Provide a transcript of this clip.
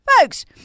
Folks